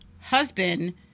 husband